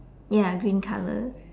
ya green colour